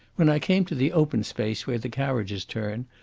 when i came to the open space where the carriages turn,